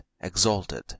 Exalted